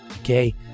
Okay